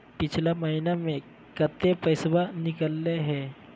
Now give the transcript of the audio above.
पिछला महिना मे कते पैसबा निकले हैं?